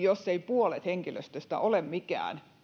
jos ei puolet henkilöstöstä ole mikään